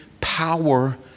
power